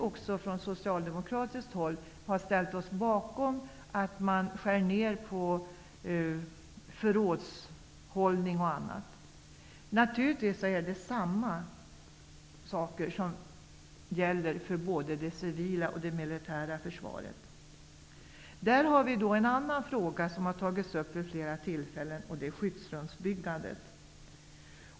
Också vi från socialdemokratiskt håll har ju ställt oss bakom nedskärningar avseende t.ex. förrådshållning. Naturligtvis gäller samma saker för både det civila och det militära försvaret. En annan fråga som tagits upp vid flera tillfällen gäller skyddsrumsbyggandet.